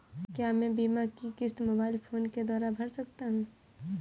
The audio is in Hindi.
क्या मैं बीमा की किश्त मोबाइल फोन के द्वारा भर सकता हूं?